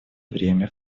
время